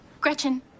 Gretchen